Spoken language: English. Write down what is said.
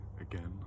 again